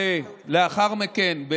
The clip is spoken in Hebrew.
ולאחר מכן,